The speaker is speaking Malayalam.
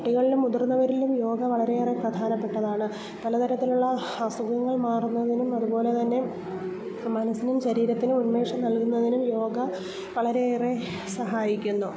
കുട്ടികളിലും മുതിർന്നവരിലും യോഗ വളരെയെറെ പ്രധാനപ്പെട്ടതാണ് പലതരത്തിലുള്ള അസുഖങ്ങൾ മാറുന്നതിനും അതുപോലെ തന്നെ മനസ്സിനും ശരീരത്തിനും ഉന്മേഷം നൽകുന്നതിനും യോഗ വളരെയേറെ സഹായിക്കുന്നു